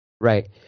Right